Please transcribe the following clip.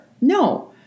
no